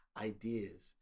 ideas